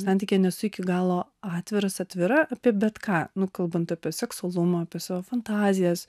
santykyje nesu iki galo atviras atvira apie bet ką nu kalbant apie seksualumą apie savo fantazijas